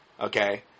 Okay